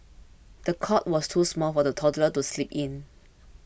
the cot was too small for the toddler to sleep in